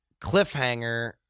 cliffhanger